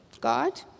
God